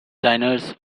diners